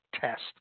test